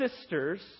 sisters